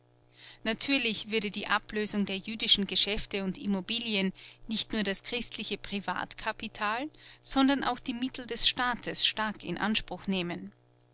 natürlich würde die ablösung der jüdischen geschäfte und immobilien nicht nur das christliche privatkapital sondern auch die mittel des staates stark in anspruch nehmen